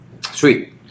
Sweet